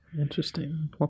Interesting